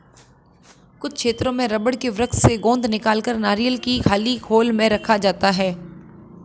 कुछ क्षेत्रों में रबड़ के वृक्ष से गोंद निकालकर नारियल की खाली खोल में रखा जाता है